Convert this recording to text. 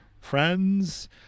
friends